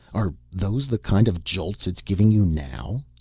are those the kind of jolts it's giving you now?